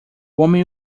homem